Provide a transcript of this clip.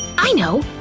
i know!